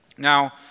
Now